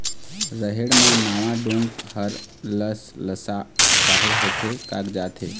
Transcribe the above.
रहेड़ म नावा डोंक हर लसलसा काहे होथे कागजात हे?